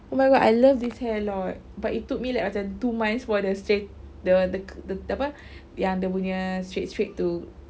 oh my god I love this hair a lot but it took me like macam two months for the straight the the cur~ the apa yang the punya straight straight to